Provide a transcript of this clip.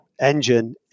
engine